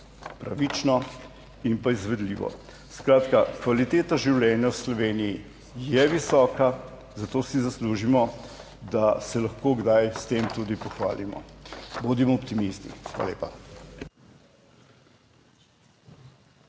pravično in pa izvedljivo. Skratka, kvaliteta življenja v Sloveniji je visoka, zato si zaslužimo, da se lahko kdaj s tem tudi pohvalimo. Bodimo optimisti. Hvala lepa.